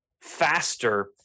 faster